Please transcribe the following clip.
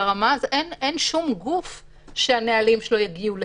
בעוד שאין עוד שום גוף אחר שהנהלים שלו יגיעו לכאן.